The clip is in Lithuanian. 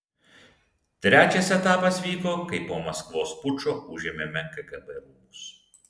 trečias etapas vyko kai po maskvos pučo užėmėme kgb rūmus